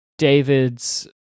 David's